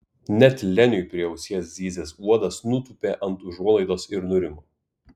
net leniui prie ausies zyzęs uodas nutūpė ant užuolaidos ir nurimo